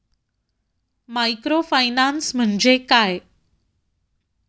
Microfinance म्हणजे काय?